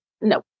no